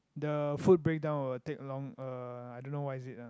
the food break down will take long uh I don't know what is it ah